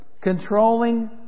Controlling